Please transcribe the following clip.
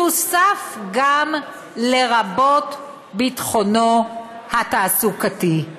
יוסף גם "לרבות ביטחונו התעסוקתי".